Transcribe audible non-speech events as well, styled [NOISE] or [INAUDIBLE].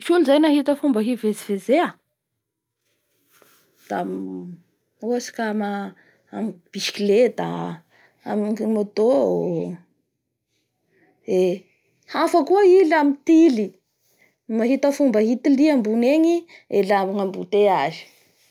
Misy olo zay nahita fomba hivezevezea da [HESITATION] umm ohatsy - ka ma- amin'ny bicyclette amin'ny moto, ee hafa koa i laha mitily mahita fomba hitilia ambony engy elana amin'ny embouteillage